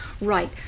Right